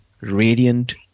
radiant